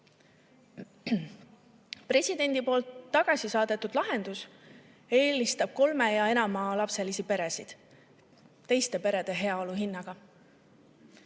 kaitset. Presidendi poolt tagasi saadetud lahendus eelistab kolme‑ ja enamalapselisi peresid teiste perede heaolu hinnaga.